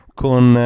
con